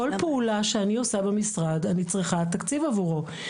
כל פעולה שאני עושה במשרד אני צריכה תקציב עבורה.